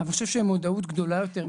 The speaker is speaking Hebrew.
אבל אני חושב שמודעות גדולה יותר,